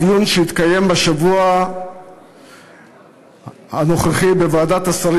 בדיון שהתקיים בשבוע הנוכחי בוועדת השרים